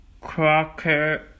Crocker